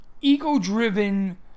ego-driven